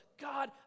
God